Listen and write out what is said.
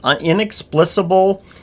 inexplicable